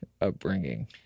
upbringing